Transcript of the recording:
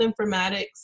informatics